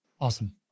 Awesome